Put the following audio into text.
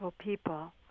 people